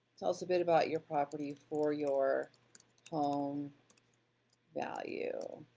tell us a bit about your property for your home value.